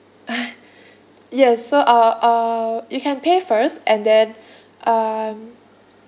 ah yes so uh uh you can pay first and then um